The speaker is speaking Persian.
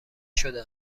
شده